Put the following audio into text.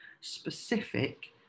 specific